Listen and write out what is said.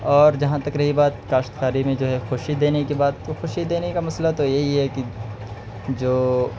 اور جہاں تک رہی بات کاشتکاری میں جو ہے خوشی دینے کی بات تو خوشی دینے کا مسئلہ تو یہی ہے کہ جو